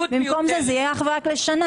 במקום זה זה יהיה אך ורק לשנה.